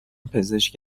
پزشک